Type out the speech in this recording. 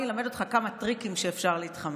אני אלמד אותך כמה טריקים שמאפשרים להתחמק.